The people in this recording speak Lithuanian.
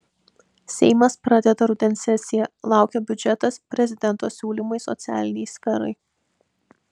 seimas pradeda rudens sesiją laukia biudžetas prezidento siūlymai socialinei sferai